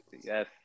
Yes